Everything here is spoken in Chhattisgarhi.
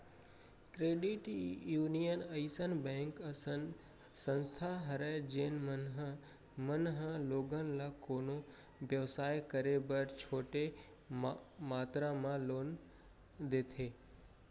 क्रेडिट यूनियन अइसन बेंक असन संस्था हरय जेन मन ह मन ह लोगन ल कोनो बेवसाय करे बर छोटे मातरा म लोन देथे